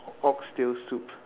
ox tail soup